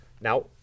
Now